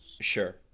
sure